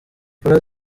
polly